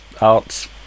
arts